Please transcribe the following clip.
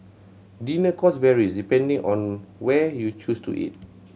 dinner cost varies depending on where you choose to eat